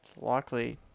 Likely